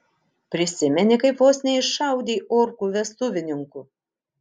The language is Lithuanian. prisimeni kaip vos neiššaudei orkų vestuvininkų